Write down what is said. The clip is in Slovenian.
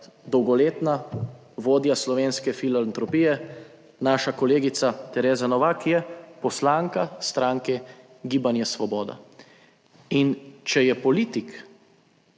dolgoletna vodja Slovenske filantropije, naša kolegica Tereza Novak je poslanka stranke Gibanje Svoboda in če je politik,